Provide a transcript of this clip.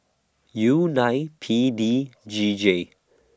U nine P D G J